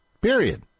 Period